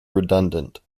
redundant